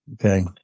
Okay